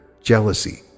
jealousy